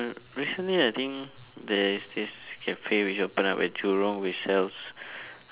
recently I think there is this cafe which open up at jurong which sells like